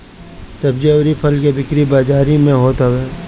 सब्जी अउरी फल के बिक्री बाजारी में होत हवे